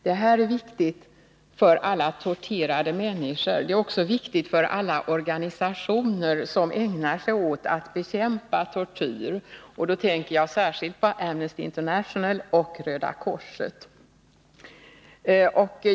Den här frågan är viktig för alla torterade människor, likaså för alla organisationer som ägnar sig åt att bekämpa tortyr. Då tänker jag särskilt på Amnesty International och Röda korset.